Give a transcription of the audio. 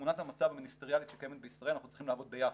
בתמונת המצב המיניסטריאלית שקיימת בישראל אנחנו צריכים לעבוד ביחד.